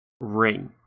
ring